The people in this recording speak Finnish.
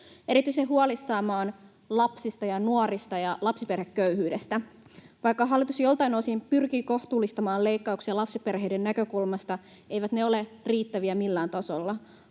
Erityisen huolissani minä olen lapsista ja nuorista ja lapsiperheköyhyydestä. Vaikka hallitus joltain osin pyrkii kohtuullistamaan leikkauksia lapsiperheiden näkökulmasta, eivät ne ole riittäviä millään tasolla.